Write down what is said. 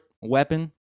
weapon